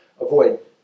avoid